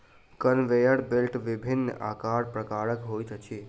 conveyor belt विभिन्न आकार प्रकारक होइत छै